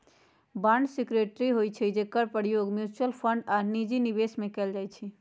bond security होइ छइ जेकर प्रयोग म्यूच्यूअल फंड आऽ निजी निवेश में कएल जाइ छइ